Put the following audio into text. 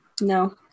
no